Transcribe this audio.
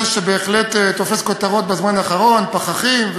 שבהחלט תופס כותרות בזמן האחרון: פחחים,